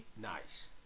Nice